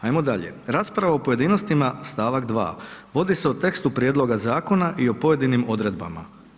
Ajmo dalje: „Rasprava o pojedinostima…“, stavak 2.: „…vodi se o tekstu prijedloga zakona i o pojedinim odredbama.